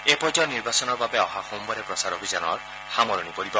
এই পৰ্যায়ৰ নিৰ্বাচনৰ বাবে অহা সোমবাৰে প্ৰচাৰ অভিযানৰ সামৰণি পৰিব